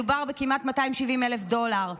מדובר בכמעט 270,000 דולר,